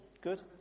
good